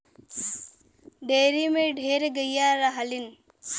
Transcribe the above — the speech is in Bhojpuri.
डेयरी में ढेर गइया रहलीन